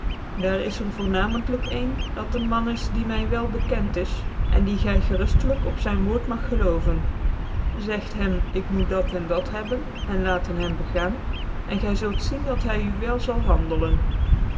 daar is er voornamcntlijk jen dat een man is die my wel beken is en me ev gcruftclyk op zyn woord mag geloven zegt hem ik moet dat en dar hebben en laten hem begaan en gy zult zien dat hy u wel